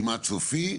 כמעט סופי.